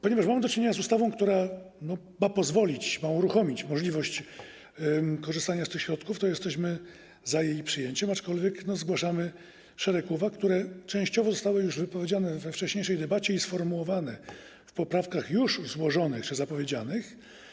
Ponieważ mamy do czynienia z ustawą, która ma uruchomić możliwość korzystania z tych środków, to jesteśmy za jej przyjęciem, aczkolwiek zgłaszamy szereg uwag, które częściowo zostały już wypowiedziane we wcześniejszej debacie i sformułowane w poprawkach już złożonych czy zapowiedzianych.